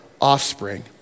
offspring